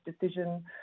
decision